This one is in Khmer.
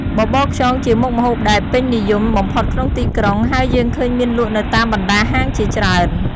បបរខ្យងជាមុខម្ហូបដែលពេញនិយមបំផុតក្នុងទីក្រុង ហើយយើងឃើញមានលក់នៅតាមបណ្តាហាងជាច្រើន។